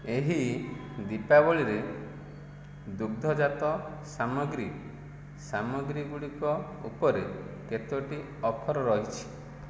ଏହି ଦୀପାବଳିରେ ଦୁଗ୍ଧଜାତ ସାମଗ୍ରୀ ସାମଗ୍ରୀ ଗୁଡ଼ିକ ଉପରେ କେତୋଟି ଅଫର୍ ରହିଛି